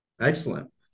Excellent